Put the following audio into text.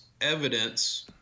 evidence